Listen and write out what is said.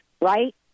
right